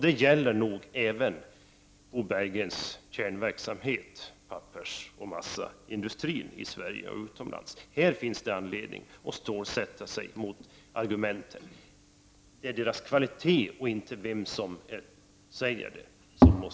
Det gäller nog även för Bo Berggrens huvudområde, pappersoch massaindustrins verksamhet i Sverige och utomlands. Vi har här anledning att stålsätta oss inför den argumentering som förekommer.